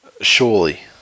Surely